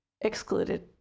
excluded